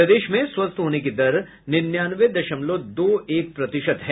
प्रदेश में स्वस्थ होने की दर निन्यानवे दशमलव दो एक प्रतिशत है